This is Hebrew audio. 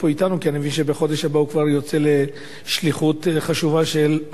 כי אני מבין שבחודש הבא הוא כבר יוצא לשליחות חשובה של המדינה.